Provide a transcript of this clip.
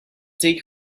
take